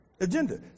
agenda